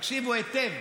הקשיבו היטב: